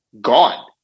gone